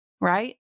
right